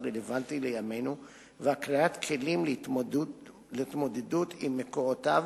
רלוונטי לימינו והקניית כלים להתמודדות עם מקורותיו